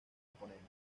oponentes